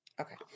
Okay